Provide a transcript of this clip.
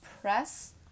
press